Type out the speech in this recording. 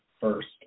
first